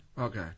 Okay